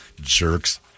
Jerks